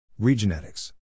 Regenetics